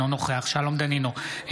אינו נוכח שלום דנינו,